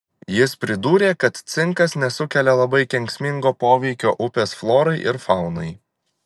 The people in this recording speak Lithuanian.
jis pridūrė kad cinkas nesukelia labai kenksmingo poveikio upės florai ir faunai